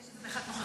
יש בזה משהו,